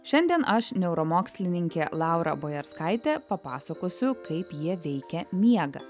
šiandien aš neuromokslininkė laura bojerskaitė papasakosiu kaip jie veikia miegą